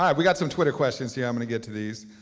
um we got some twitter questions here. i'm gonna get to these.